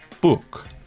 book